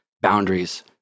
boundaries